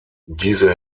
diese